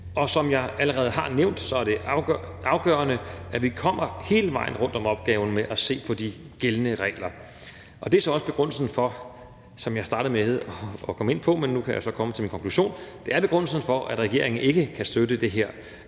Og som jeg allerede har nævnt, er det afgørende, at vi kommer hele vejen rundt om opgaven med at se på de gældende regler. Det er så også begrundelsen for, som jeg startede med at komme ind på, men nu kan jeg så kom til min konklusion, at regeringen ikke kan støtte det her